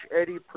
Eddie